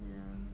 ya